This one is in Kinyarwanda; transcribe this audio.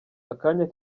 akanya